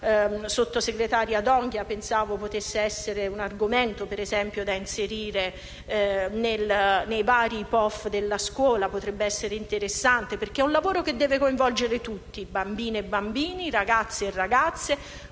sottosegretaria D'Onghia e pensavo potesse essere un argomento da inserire nei vari POF della scuola. Potrebbe essere interessante, perché si tratta di un lavoro che deve coinvolgere tutti: bambine e bambini, ragazzi e ragazze,